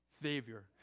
favor